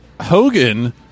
Hogan